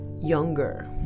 younger